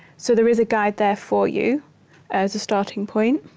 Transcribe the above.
so there is a guide there for you as a starting point.